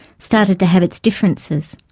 started to have its differences.